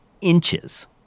inches